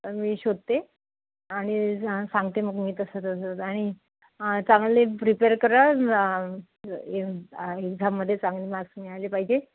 मी शोधते आणि सांगते मग मी तसं तसं आणि चांगले प्रिपेर करा एक्झाममध्ये चांगले मार्क्स मिळाले पाहिजे